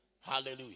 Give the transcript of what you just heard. Hallelujah